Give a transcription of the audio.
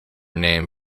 name